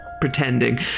pretending